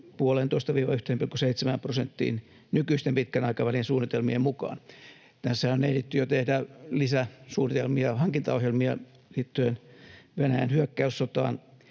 1,5—1,7 prosenttiin nykyisten pitkän aikavälin suunnitelmien mukaan. Tässähän on ehditty jo tehdä lisäsuunnitelmia ja hankintaohjelmia liittyen Venäjän hyökkäyssotaan,